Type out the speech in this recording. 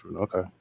Okay